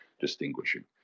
distinguishing